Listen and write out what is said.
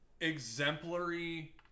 exemplary